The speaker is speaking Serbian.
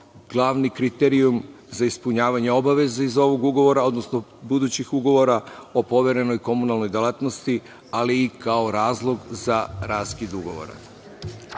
glavni kriterijum za ispunjavanje obaveza iz ovog ugovora, odnosno budućih ugovora o poverenoj komunalnoj delatnosti, ali i kao razlog za raskid ugovora. Par